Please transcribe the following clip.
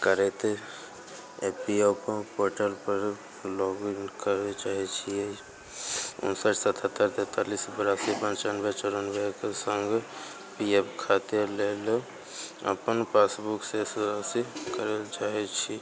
करैत E P F O portal पर log in करय चाहै छियै उनसठ सतहत्तरि तैंतालिस बेरासी पंचानबे चौरानबे के संग पी एफ खाते लेल अपन पासबुक शेष राशि करय लऽ चाहै छी